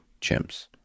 chimps